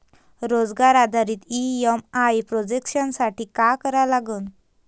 रोजगार आधारित EMI projection साठी का करा लागन?